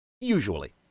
Usually